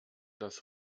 das